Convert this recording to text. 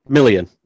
Million